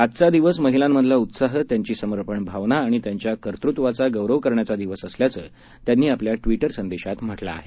आजचा दिवस महिलांमधला उत्साह त्यांची समर्पण भावना आणि त्यांच्या कर्तृत्वाचा गौरव करण्याचा दिवस असल्याचं त्यांनी आपल्या ट्विटर संदेशात म्हटलं आहे